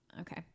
Okay